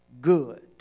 Good